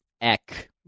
Eck